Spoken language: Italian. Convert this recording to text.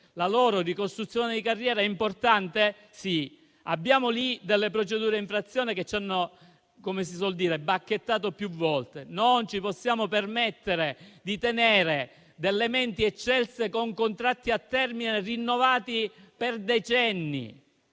la loro ricostruzione di carriera è importante. Abbiamo su questo delle procedure di infrazione con le quali ci hanno bacchettato più volte, non ci possiamo permettere di tenere delle menti eccelse con contratti a termine rinnovati per decenni,